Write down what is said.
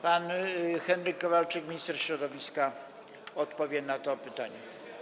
Pan Henryk Kowalczyk, minister środowiska, odpowie na to pytanie.